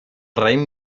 raïm